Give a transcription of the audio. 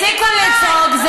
תפסיקו לצעוק.